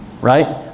Right